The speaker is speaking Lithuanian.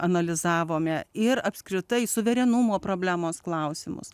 analizavome ir apskritai suverenumo problemos klausimus